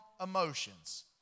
emotions